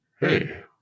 Hey